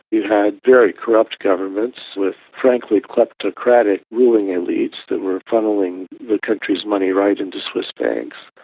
you had very corrupt governments with frankly kleptocratic ruling elites that were funnelling the countries' money right into swiss banks.